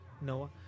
Noah